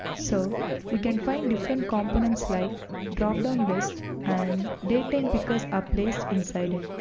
so you can find different components like dropdown list and datetimepickers ah placed inside it.